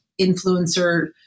influencer